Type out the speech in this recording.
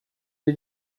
lhe